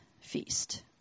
feast